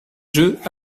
jeux